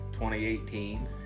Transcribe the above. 2018